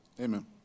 Amen